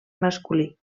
masculí